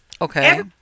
Okay